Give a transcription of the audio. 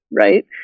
right